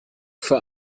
für